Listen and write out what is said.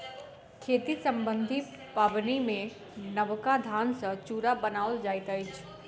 खेती सम्बन्धी पाबनिमे नबका धान सॅ चूड़ा बनाओल जाइत अछि